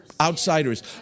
outsiders